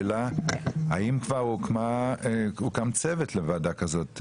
האם כבר הוקם צוות לוועדה כזאת,